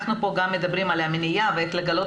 אנחנו פה גם מדברים על המניעה ואיך לגלות